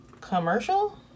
commercial